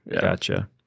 Gotcha